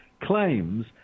claims